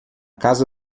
casa